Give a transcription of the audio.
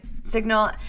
signal